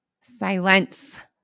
Silence